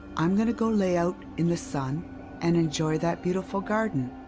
i'm going to go lay out in the sun and enjoy that beautiful garden.